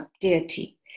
deity